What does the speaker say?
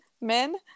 men